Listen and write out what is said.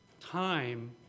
time